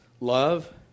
love